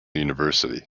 university